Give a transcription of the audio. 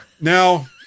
now